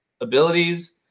abilities